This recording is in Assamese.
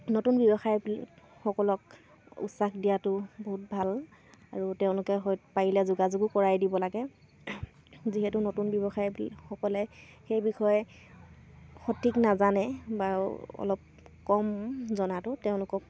নতুন ব্যৱসায়বিলাকসকলক উৎসাহ দিয়াতো বহুত ভাল আৰু তেওঁলোকে হয়তো পাৰিলে যোগাযোগো কৰাই দিব লাগে যিহেতু নতুন ব্যৱসায়বিলাকসকলে সেই বিষয়ে সঠিক নাজানে বা অলপ কম জনাটো তেওঁলোকক